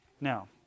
Now